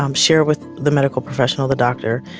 um share with the medical professional, the doctor.